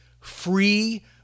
free